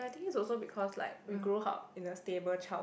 think it's also because like we grew up in a stable child~